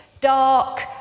dark